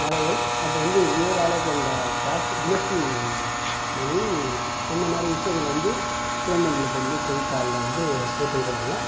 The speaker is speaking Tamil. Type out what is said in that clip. வளையல் அப்புறம் வந்து வேரால் கொண்ட பாசி துளசி மணி அந்த மாதிரி விஷயங்களை வந்து குழந்தைகளுக்கு வந்து கை காலில் வந்து போட்டு விடுவாங்க